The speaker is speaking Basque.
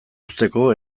uzteko